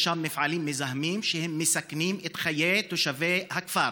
יש שם מפעלים מזהמים שמסכנים את חיי תושבי הכפר.